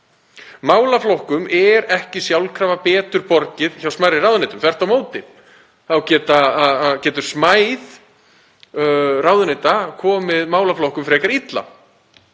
Málaflokkum er ekki sjálfkrafa betur borgið hjá smærri ráðuneytum. Þvert á móti getur smæð ráðuneyta komið málaflokkum frekar illa.